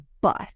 bus